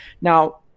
now